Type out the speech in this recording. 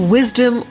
Wisdom